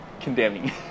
condemning